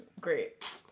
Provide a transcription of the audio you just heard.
Great